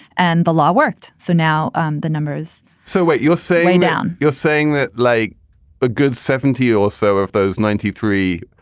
and the law worked. so now um the numbers so what you're saying now you're saying that like a good seventy year or so of those ninety three,